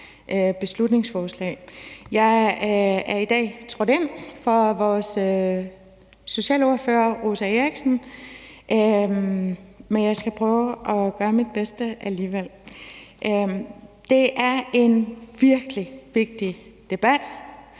beslutningsforslag. Jeg er i dag trådt ind for vores socialordfører, Rosa Eriksen, og jeg skal prøve at gøre mit bedste. Det er en virkelig vigtig debat